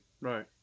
Right